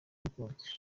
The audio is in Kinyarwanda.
bikunze